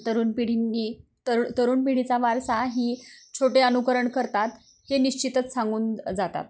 तरुण पिढींनी तरु तरुण पिढीचा वारसा ही छोटे अनुकरण करतात हे निश्चितच सांगून जातात